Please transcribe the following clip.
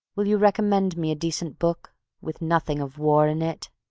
will you recommend me a decent book with nothing of war in it?